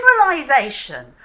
generalisation